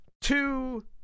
two